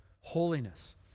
Holiness